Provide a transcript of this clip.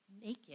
naked